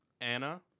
Anna